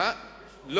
לא.